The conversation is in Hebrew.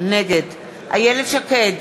נגד איילת שקד,